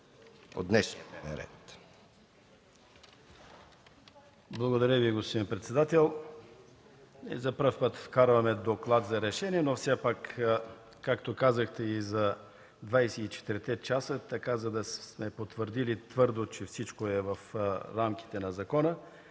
РАМАДАН АТАЛАЙ: Благодаря, господин председател. За пръв път вкарваме доклад за решение, но както казахте и за 24-те часа, за да сме потвърдили твърдо, че всичко е в рамките на закона,